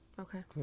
Okay